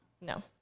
No